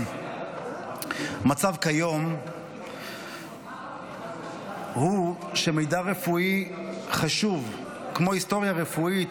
המצב כיום הוא שמידע רפואי חשוב כמו היסטוריה רפואית,